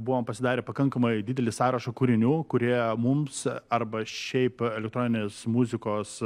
buvom pasidarę pakankamai didelį sąrašą kūrinių kurie mums arba šiaip elektroninės muzikos